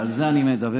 ועל זה אני מדבר.